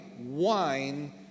wine